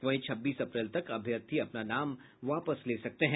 वहीं छब्बीस अप्रैल तक अभ्यर्थी अपना नाम वापस ले सकेत हैं